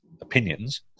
opinions